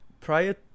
prior